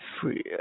Free